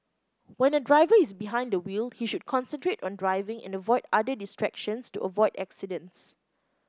when a driver is behind the wheel he should concentrate on driving and avoid other distractions to avoid accidents